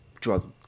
drug